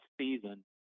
season